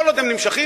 כל עוד הם נמשכים,